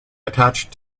attach